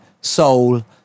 soul